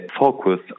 focus